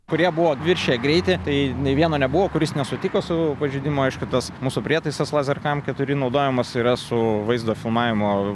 kurie buvo viršiję greitį tai nei vieno nebuvo kuris nesutiko su pažeidimu aišku tas mūsų prietaisas lazerkam keturi naudojamos yra su vaizdu filmavimo